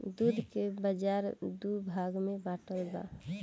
दूध के बाजार दू भाग में बाटल बा